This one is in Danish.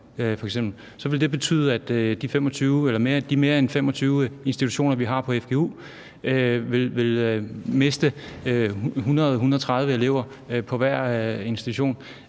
så vil det betyde, at de mere end 25 fgu-institutioner, vi har, vil miste 100-130 elever på hver institution.